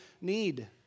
need